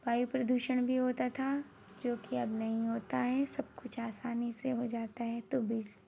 वायु प्रदूषण भी होता था जो कि अब नहीं होता है सब कुछ आसानी से हो जाता है तो बिज